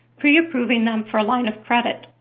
pre-approving them for a line of credit.